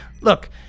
look